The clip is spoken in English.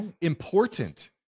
important